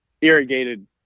irrigated